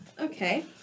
okay